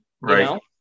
Right